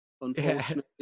unfortunately